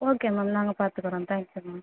okay ma'am நாங்கள் பார்த்துக்குறோம் thank you ma'am